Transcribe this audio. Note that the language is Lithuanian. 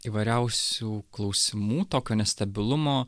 įvairiausių klausimų tokio nestabilumo